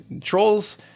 trolls